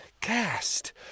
cast